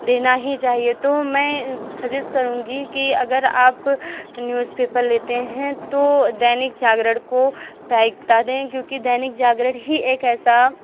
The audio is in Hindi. देना ही चाहिए तो मैं सजेस्ट करूंगी कि अगर आप न्यूज़पेपर लेते हैं तो दैनिक जागरण को प्रायिकता दें क्योंकि दैनिक जागरण ही एक ऐसा